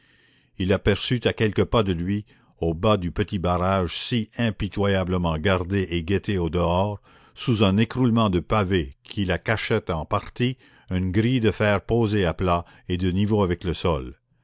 il aperçut à quelques pas de lui au bas du petit barrage si impitoyablement gardé et guetté au dehors sous un écroulement de pavés qui la cachait en partie une grille de fer posée à plat et de niveau avec le sol